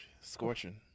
scorching